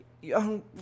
Young